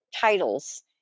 titles